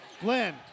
Glenn